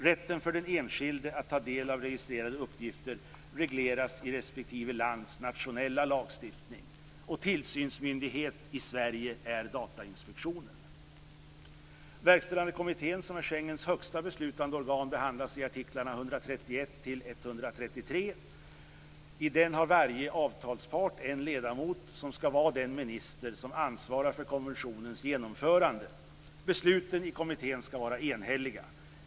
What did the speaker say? Rätten för den enskilde att ta del av registrerade uppgifter regleras i respektive lands nationella lagstiftning. Tillsynsmyndighet i Sverige är Datainspektionen. den har varje avtalspart en ledamot som skall vara den minister som ansvarar för konventionens genomförande. Besluten i kommittén skall vara enhälliga.